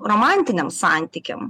romantiniam santykiam